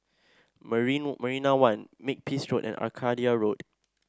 Marina One Makepeace Road and Arcadia Road